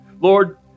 Lord